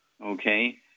Okay